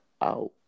out